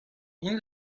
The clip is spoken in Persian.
این